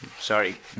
Sorry